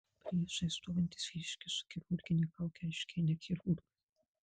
priešais stovintis vyriškis su chirurgine kauke aiškiai ne chirurgas